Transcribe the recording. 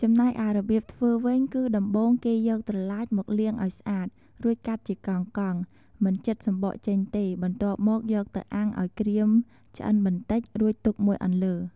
ចំណែកឯរបៀបធ្វើវិញ គឺដំបូងគេយកត្រឡាចមកលាងឱ្យស្អាត រួចកាត់ជាកង់ៗ មិនចិតសំបកចេញទេ បន្ទាប់មកយកទៅអាំងឱ្យក្រៀមឆ្អិនបន្តិច រួចទុកមួយអន្លើ។